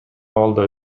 абалда